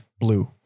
Blue